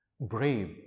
Brave